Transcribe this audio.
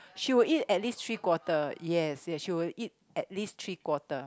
she will eat at least three quarter yes she will eat at least three quarter